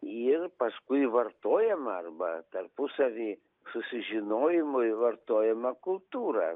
ir paskui vartojama arba tarpusavy susižinojimui vartojama kultūra